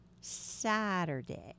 Saturday